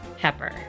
pepper